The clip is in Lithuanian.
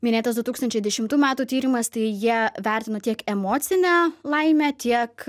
minėtas du tūkstančiai dešimtų metų tyrimas tai jie vertino tiek emocinę laimę tiek